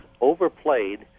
overplayed